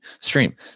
stream